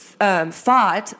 Fought